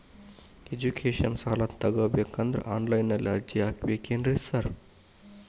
Education ಸಾಲ ತಗಬೇಕಂದ್ರೆ online ನಲ್ಲಿ ಅರ್ಜಿ ಹಾಕ್ಬೇಕೇನ್ರಿ ಸಾರ್?